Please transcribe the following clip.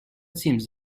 seems